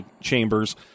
chambers